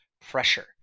pressure